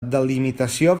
delimitació